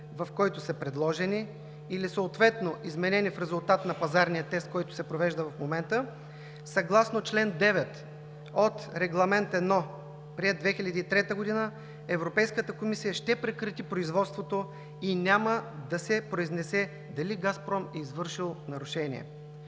в който са предложени или съответно изменени в резултат на пазарния тест, който се провежда в момента, съгласно чл. 9 от Регламент 1/2003 Европейската комисия ще прекрати производството и няма да се произнесе дали „Газпром“ е извършил нарушение.